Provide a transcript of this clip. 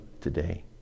today